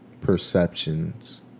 perceptions